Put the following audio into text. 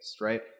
right